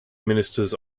ministers